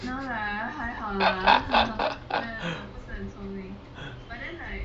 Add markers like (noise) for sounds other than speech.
(laughs)